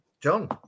John